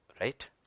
Right